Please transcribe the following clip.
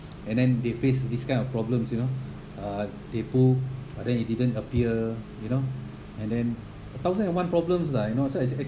and then they face this kind of problems you know uh they book but then it didn't appear you know and then a thousand and one problems lah you know so